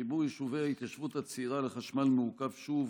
חיבור יישובי ההתיישבות הצעירה לחשמל מעוכב שוב,